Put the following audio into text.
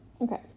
Okay